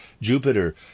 Jupiter